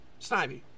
Snivy